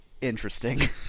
interesting